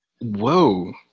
Whoa